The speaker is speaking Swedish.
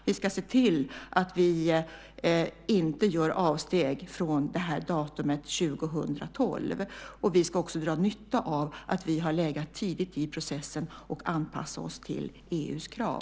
Vi ska se till att vi inte gör avsteg från tidpunkten 2012. Vi ska också dra nytta av att vi har legat tidigt i processen och anpassa oss till EU:s krav.